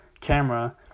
camera